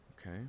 Okay